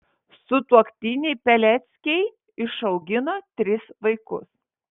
sutuoktiniai peleckiai išaugino tris vaikus